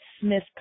Smith